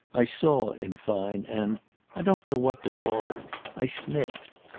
i saw, in fine and i don't know what to call it i sniffed.